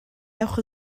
ewch